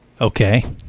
Okay